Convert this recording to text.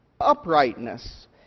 uprightness